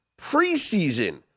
preseason